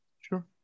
sure